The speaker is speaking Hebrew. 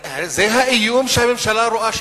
זה האיום שהממשלה רואה,